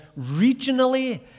regionally